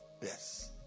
Yes